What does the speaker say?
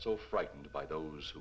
so frightened by those